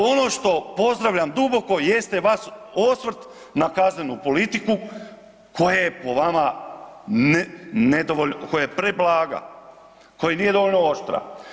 Ono što pozdravljam duboko jeste vaš osvrt na kaznenu politiku koja je po vama nedovoljno, koja je preblaga, koja nije dovoljno oštra.